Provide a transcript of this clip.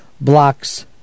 Blocks